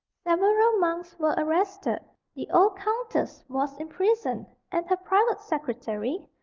several monks were arrested the old countess was imprisoned and her private secretary,